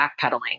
backpedaling